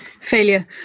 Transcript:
failure